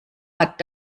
hat